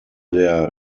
der